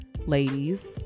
ladies